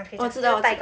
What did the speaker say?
我知道